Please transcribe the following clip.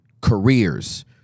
careers